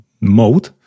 mode